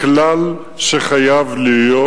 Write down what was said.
הכלל שחייב להיות: